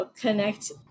connect